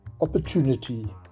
Opportunity